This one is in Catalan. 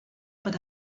per